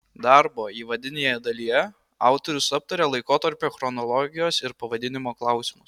darbo įvadinėje dalyje autorius aptaria laikotarpio chronologijos ir pavadinimo klausimus